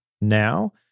now